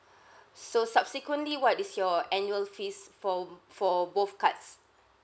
so subsequently what is your annual fees for m~ for both cards